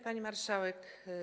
Pani Marszałek!